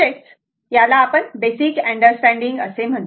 म्हणजे ज्याला आपण बेसिक अंडरस्टँडिंग असे म्हणतो